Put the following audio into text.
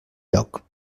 lloc